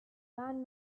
band